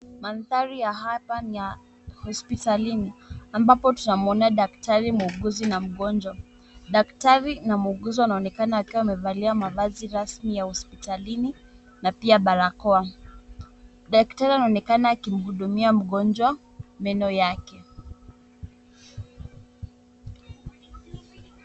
Mandhari ya hapa ni ya hospitalini ambapo tunamwona daktari, muuguzi na mgonjwa. Daktari na muuguzi wanaonekana wakiwa wamevalia mavazi rasmi ya hospitalini na pia barakoa. Daktari anaonekana akimhudumia mgonjwa meno yake.